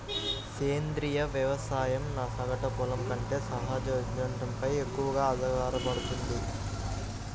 సేంద్రీయ వ్యవసాయం సగటు పొలం కంటే సహజ విచ్ఛిన్నంపై ఎక్కువగా ఆధారపడుతుంది